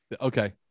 Okay